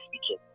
speaking